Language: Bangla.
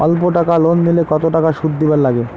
অল্প টাকা লোন নিলে কতো টাকা শুধ দিবার লাগে?